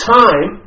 time